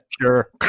Sure